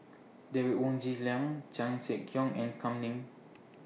Derek Wong Zi Liang Chan Sek Keong and Kam Ning